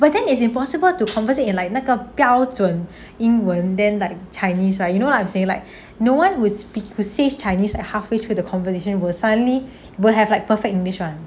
but then it's impossible to converse in like 那个标准英文 then like chinese like you want to say like no one who says chinese halfway through the conversation were suddenly will have like perfect english [one]